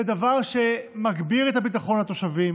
זה דבר שמגביר את הביטחון לתושבים,